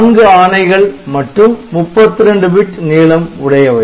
நான்கு ஆணைகள் மட்டும் 32 பிட் நீளம் உடையவை